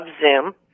Zoom